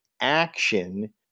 action